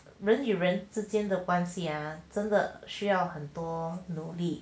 人与人之间的关系啊真的需要很多努力